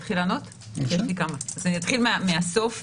אתחיל מהסוף.